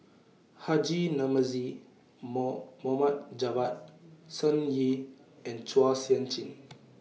Haji Namazie More Mohd Javad Sun Yee and Chua Sian Chin